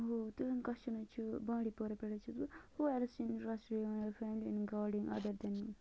بہٕ تُہُنٛد کوچھَن حظ چھُ بانڈی پوٗرہ پٮ۪ٹھ حظ چھَس بہٕ ہوٗ اِن گاڈنِنٛگ اَدَر دٮ۪ن